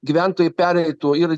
gyventojai pereitų ir